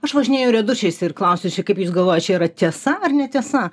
aš važinėju riedučiais ir klausiu kaip jūs galvojat čia yra tiesa ar netiesa